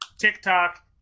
TikTok